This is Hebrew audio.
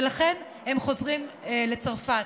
ולכן הם חוזרים לצרפת.